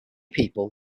people